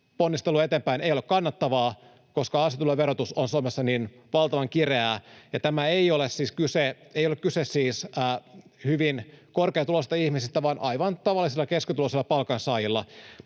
ponnistelu eteenpäin ei ole kannattavaa, koska ansiotuloverotus on Suomessa niin valtavan kireää. Ja tässä ei ole siis kyse hyvin korkeatuloisista ihmisistä, vaan aivan tavallisilla keskituloisilla palkansaajilla